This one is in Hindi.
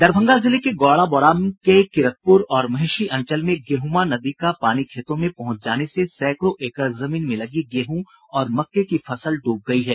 दरभंगा जिले के गौड़ा बौराम के किरतपुर और महेषी अंचल में गेहूमा नदी का पानी खेतों में पहुंच जाने से सैंकड़ों एकड़ जमीन में लगी गेहूं और मक्के की फसल डूब गयी है